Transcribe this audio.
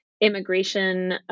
immigration